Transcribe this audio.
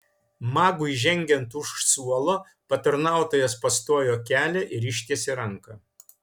magui žengiant už suolo patarnautojas pastojo kelią ir ištiesė ranką